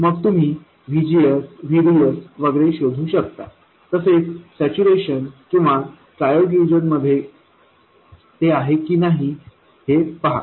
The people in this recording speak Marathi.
मग तुम्ही VGS VDS वगैरे शोधू शकता ते सॅच्यूरेशन किंवा ट्रायोड रिजन मध्ये आहे की नाही ते पहा